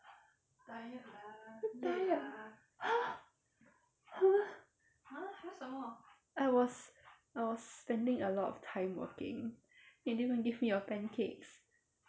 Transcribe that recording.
tired !huh! !huh! I was I was spending a lot of time working and you didn't even give me your pancakes